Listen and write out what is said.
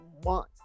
want